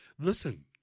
Listen